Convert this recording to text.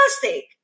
Fantastic